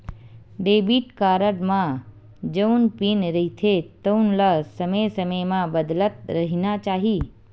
debit card म जउन pin रहिथे तउन ल समे समे म बदलत रहिना चाही